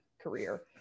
career